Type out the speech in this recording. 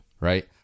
right